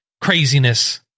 craziness